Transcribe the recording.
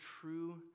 true